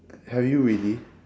have you really